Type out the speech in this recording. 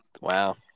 Wow